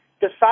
decide